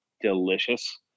delicious